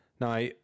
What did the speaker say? Now